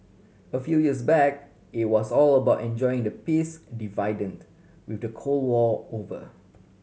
a few years back it was all about enjoying the peace dividend with the Cold War over